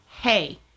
hey